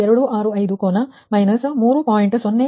98265 ಕೋನ ಮೈನಸ್ 3